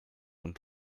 und